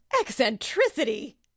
Eccentricity